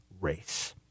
race